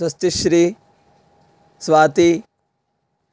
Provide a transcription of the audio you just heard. स्वस्तिश्रीः Swati